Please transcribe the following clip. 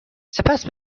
سپس